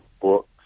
books